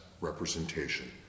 representation